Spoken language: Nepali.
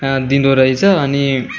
दिँदो रहेछ अनि